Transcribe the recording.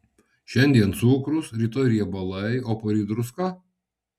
šiandien cukrus rytoj riebalai o poryt druska